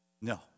No